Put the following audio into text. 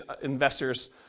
investors